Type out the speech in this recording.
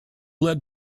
led